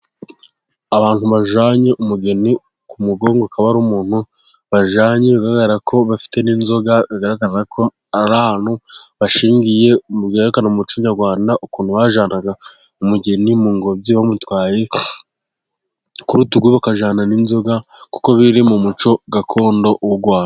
Abantu bajyanye umugeni ku mugongo, akaba ari umuntu bajyanye kubera ko bafite n'inzoga bigaragaza ko ari ahantu bashyingiye, byerekana umuco nyarwanda ukuntu bajyanaga umugeni mu ngobyi bamutwaye ku rutugu bakajyana n'inzoga, kuko biri mu muco gakondo w'u Rwanda.